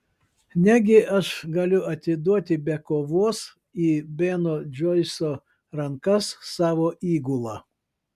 negi aš galiu atiduoti be kovos į beno džoiso rankas savo įgulą